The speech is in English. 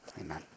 Amen